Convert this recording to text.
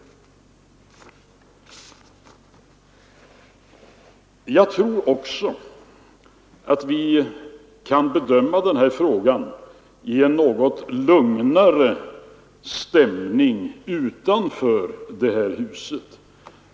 Jag tror också att den här frågan nu kan bedömas i en något lugnare stämning utanför det här huset.